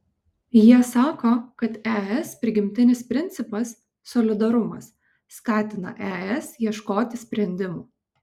jie sako kad es prigimtinis principas solidarumas skatina es ieškoti sprendimų